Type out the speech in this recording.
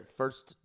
first